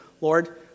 Lord